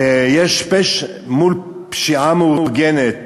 מול פשיעה מאורגנת